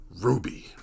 Ruby